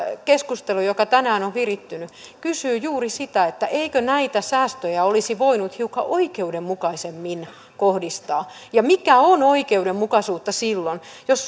keskustelu joka tänään on virittynyt kysyy juuri sitä eikö näitä säästöjä olisi voinut hiukan oikeudenmukaisemmin kohdistaa ja mikä on oikeudenmukaisuutta silloin jos